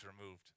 removed